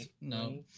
no